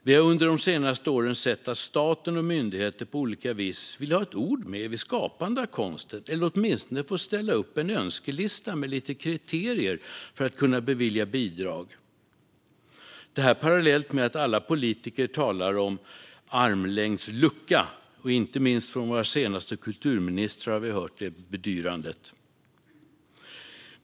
Vi har under de senaste åren sett att staten och myndigheter på olika vis vill ha ett ord med i skapandet av konsten eller åtminstone vill få ställa upp en önskelista med lite kriterier för att kunna bevilja bidrag - detta parallellt med att alla politiker talar om armlängds avstånd. Inte minst från våra senaste kulturministrar har vi hört det bedyrandet.